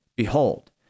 Behold